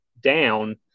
down